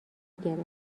گرفت